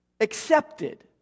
accepted